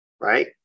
right